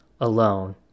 alone